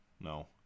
no